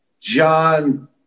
John